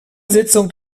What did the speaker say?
sitzung